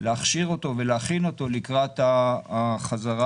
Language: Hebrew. להכשיר אותו ולהכין אותו לקראת החזרה